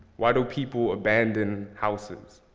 why do people abandon houses?